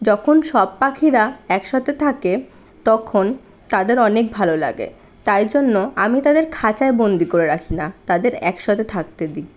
যখন সব পাখিরা একসাথে থাকে তখন তাদের অনেক ভালো লাগে তাই জন্য আমি তাদের খাঁচায় বন্দি করে রাখিনা তাদের একসাথে থাকতে দিই